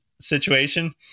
situation